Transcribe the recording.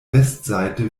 westseite